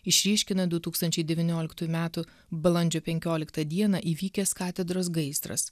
išryškina du tūkstančiai devynioliktųjų metų balandžio penkioliktą dieną įvykęs katedros gaisras